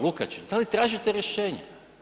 Lukačić, da li tražite rješenje?